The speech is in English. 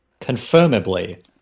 confirmably